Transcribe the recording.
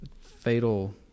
fatal